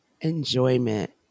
enjoyment